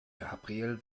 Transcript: gabriel